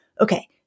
Okay